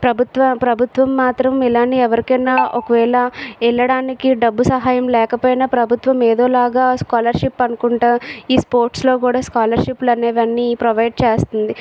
ప్రభుత్వ ప్రభుత్వం మాత్రం ఇలా ఎవరికైనా ఒకవేళ వెళ్ళడానికి డబ్బు సహాయం లేకపోయినా ప్రభుత్వం ఏదోలా స్కాలర్షిప్ అనుకుంటా ఈ స్పోర్ట్స్లో కూడా స్కాలర్షిప్లు అనేవి అన్నీ ప్రొవైడ్ చేస్తుంది